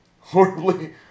horribly